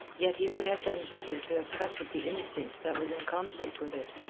yet he would have done better to have trusted the instinct that was in conflict with it.